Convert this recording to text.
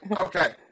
okay